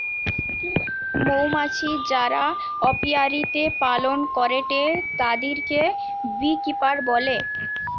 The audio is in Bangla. মৌমাছি যারা অপিয়ারীতে পালন করেটে তাদিরকে বী কিপার বলে